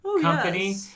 company